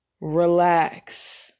Relax